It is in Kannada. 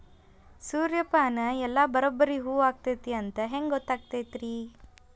ಸೂರ್ಯಪಾನ ಎಲ್ಲ ಬರಬ್ಬರಿ ಹೂ ಆಗೈತಿ ಅಂತ ಹೆಂಗ್ ಗೊತ್ತಾಗತೈತ್ರಿ?